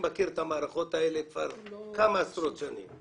מכיר את המערכות האלה כבר כמה עשרות שנים.